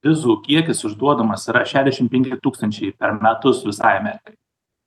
vizų kiekis išduodamas yra šešiasdešim penki tūkstančiai per metus visai amerikai